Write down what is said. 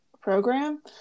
program